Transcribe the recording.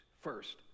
First